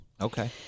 Okay